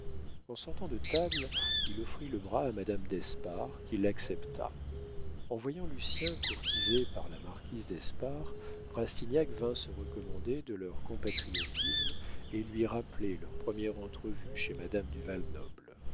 en sortant de table il offrit le bras à madame d'espard qui l'accepta en voyant lucien courtisé par la marquise d'espard rastignac vint se recommander de leur compatriotisme et lui rappeler leur première entrevue chez madame